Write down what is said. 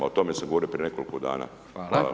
O tome sam govorio prije nekoliko dana.